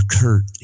kurt